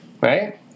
right